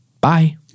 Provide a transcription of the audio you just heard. bye